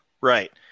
Right